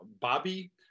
Bobby